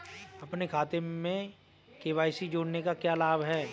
अपने खाते में के.वाई.सी जोड़ने का क्या लाभ है?